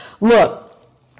Look